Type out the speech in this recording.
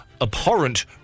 abhorrent